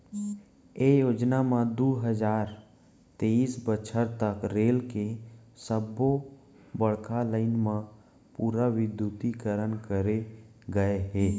ये योजना म दू हजार तेइस बछर तक रेल के सब्बो बड़का लाईन म पूरा बिद्युतीकरन करे गय हे